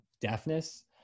deafness